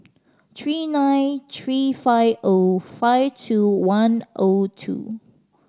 three nine three five O five two one O two